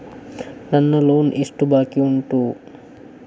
ನನ್ನ ಲೋನ್ ಎಷ್ಟು ಬಾಕಿ ಉಂಟು?